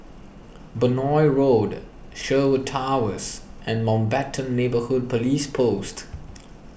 Benoi Road Sherwood Towers and Mountbatten Neighbourhood Police Post